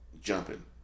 jumping